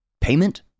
Payment